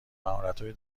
مهارتهای